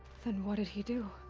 then what did he do?